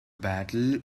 battle